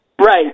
Right